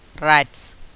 Rats